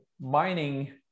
mining